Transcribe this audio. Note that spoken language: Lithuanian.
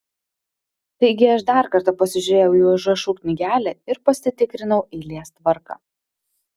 taigi aš dar kartą pasižiūrėjau į užrašų knygelę ir pasitikrinau eilės tvarką